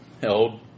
held